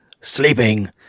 sleeping